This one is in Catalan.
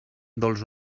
dolç